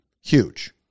Huge